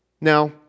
Now